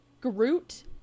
Groot